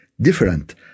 different